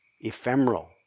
ephemeral